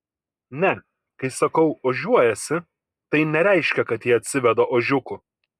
ne kai sakau ožiuojasi tai nereiškia kad ji atsiveda ožiukų